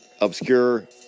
obscure